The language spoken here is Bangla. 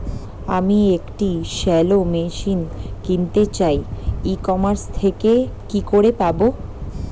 আমি একটি শ্যালো মেশিন কিনতে চাই ই কমার্স থেকে কি করে পাবো?